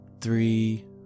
three